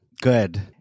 good